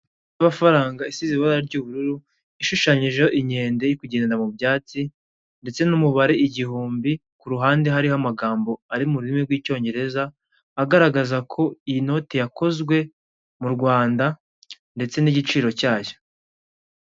Amafaranga isize ibara ry'ubururu, ishushanyijeho inkende iri kugenda mu byatsi ndetse n'umubare igihumbi kuruhande hariho amagambo ari muru rurimi rw'icyongereza agaragaza ko iyi noti yakozwe mu Rwanda ndetse n'igiciro cyayo.